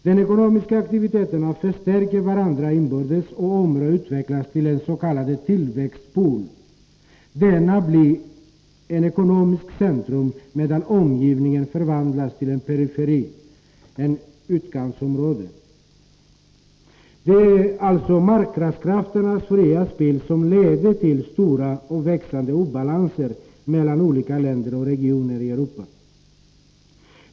De ekonomiska aktiviteterna förstärker varandra inbördes, och området utvecklas till en 65 s.k. tillväxtpool. Denna blir ett ekonomiskt centrum, medan omgivningen förvandlas till en periferi, ett utkantsområde. Det är alltså marknadskrafternas fria spel som leder till stora och växande obalanser mellan olika länder och regioner i Europa.